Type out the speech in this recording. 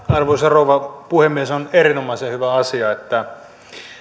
arvoisa rouva puhemies on erinomaisen hyvä asia että